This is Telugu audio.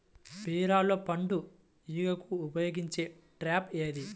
బీరలో పండు ఈగకు ఉపయోగించే ట్రాప్ ఏది?